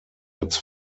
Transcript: its